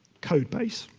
codebase,